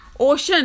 Ocean